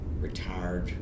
retired